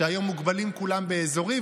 שהיום מוגבלים כולם באזורי,